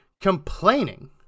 complaining